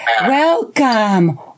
Welcome